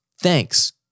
Thanks